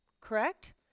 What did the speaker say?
correct